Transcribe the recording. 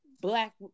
black